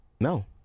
No